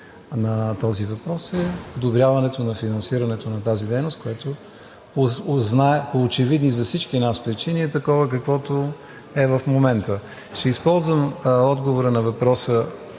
на този въпрос, е подобряването на финансирането на тази дейност, която по очевидни за всички нас причини, е такова, каквото е в момента. Ще използвам отговора на въпроса,